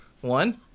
One